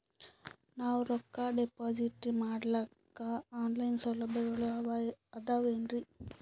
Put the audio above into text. ನಾವು ರೊಕ್ಕನಾ ಡಿಪಾಜಿಟ್ ಮಾಡ್ಲಿಕ್ಕ ಆನ್ ಲೈನ್ ಸೌಲಭ್ಯಗಳು ಆದಾವೇನ್ರಿ?